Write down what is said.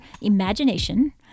imagination